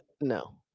No